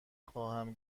خواهم